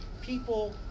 people